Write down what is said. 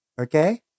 Okay